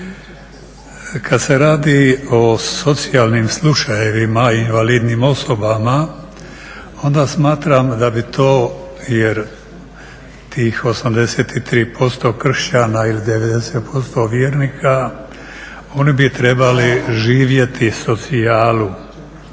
Kad se radi o socijalnim slučajevima i invalidnim osobama, onda smatram da bi to jer tih 83% Kršćana ili 90% vjernika, oni bi trebali živjeti socijalu,